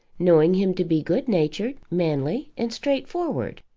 knowing him to be good-natured, manly, and straightforward.